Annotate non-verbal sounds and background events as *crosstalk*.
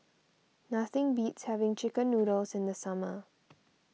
nothing beats having Chicken *noise* Noodles in the summer